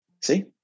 See